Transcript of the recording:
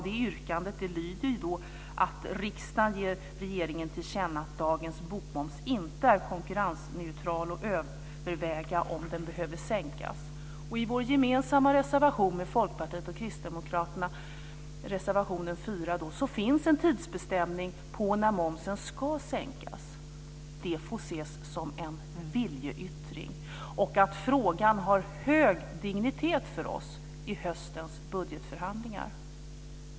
Det yrkandet lyder som så, att riksdagen ger regeringen till känna att dagens bokmoms inte är konkurrensneutral och att regeringen ska överväga om den behöver sänkas. I vår gemensamma reservation med Folkpartiet och Kristdemokraterna, reservationen 4, finns en tidsbestämning på när momsen ska sänkas. Det får ses som en viljeyttring. Frågan har hög dignitet för oss i höstens budgetförhandlingar.